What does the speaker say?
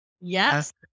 Yes